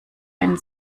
einen